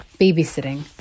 babysitting